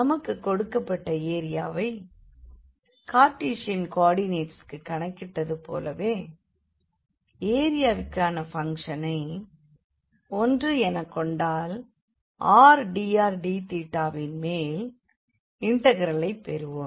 நமக்குக் கொடுக்கப்பட்ட ஏரியாவைக் கார்டீசியன் கோ ஆர்டினேட்ஸ்க்கு கணக்கிட்டது போலவே எரியாவிற்கான ஃபங்க்ஷனை 1 எனக்கொண்டால் rdrdθவின் மேல் இண்டெக்ரலைப் பெறுவோம்